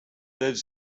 does